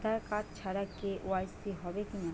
আধার card ছাড়া KYC হবে কিনা?